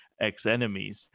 ex-enemies